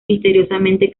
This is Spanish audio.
misteriosamente